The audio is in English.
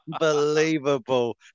Unbelievable